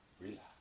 Relax